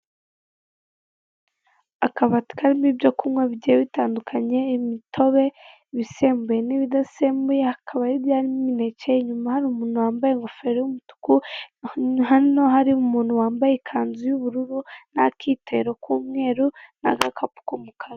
Akabati karimo ibyo kunywa bigiye bitandukanye, imitobe, ibisembuye n'ibidasembuye hakaba hirya n'imineke inyuma hari umuntu wambaye ingofero y'umutuku, hano hari umuntu wambaye ikanzu y'ubururu, n'akitero k'umweru, n'agakapu k'umukara.